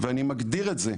ואני מגדיר את זה.